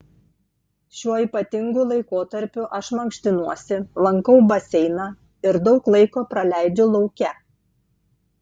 šiuo ypatingu laikotarpiu aš mankštinuosi lankau baseiną ir daug laiko praleidžiu lauke